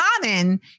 common